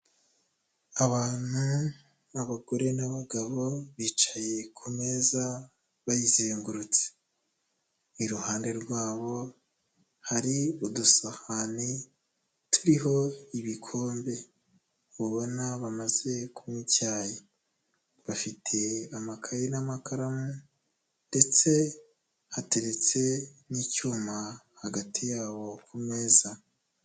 Abantu b'abagore n'abagabo, bicaye kumeza bayizengurutse, iruhande rwabo hari udusahani turiho ibikombe, ubona bamaze kunywa icyayi, bafite amakaye n'amakaramu ndetse hateretse n'icyuma hagati yabo ku meza.